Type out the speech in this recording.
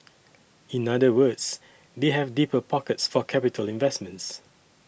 in other words they have deeper pockets for capital investments